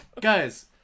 guys